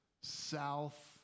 South